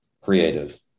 creative